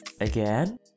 Again